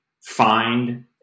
Find